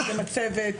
המצבת,